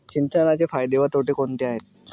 सिंचनाचे फायदे व तोटे कोणते आहेत?